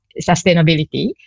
sustainability